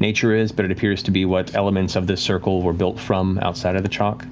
nature is, but it appears to be what elements of this circle were built from outside of the chalk.